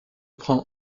prend